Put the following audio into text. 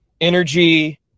energy